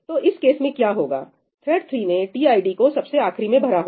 तो इस केस में क्या हुआ होगा थ्रेड 3 ने टीआईडी को सबसे आखिरी में भरा होगा